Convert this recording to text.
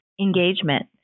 engagement